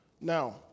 Now